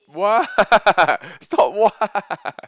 what stop what